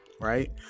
right